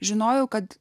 žinojau kad